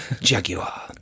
Jaguar